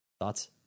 Thoughts